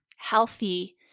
healthy